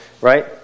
Right